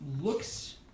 looks